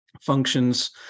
functions